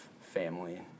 family